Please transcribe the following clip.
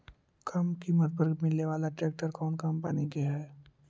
कम किमत पर मिले बाला ट्रैक्टर कौन कंपनी के है?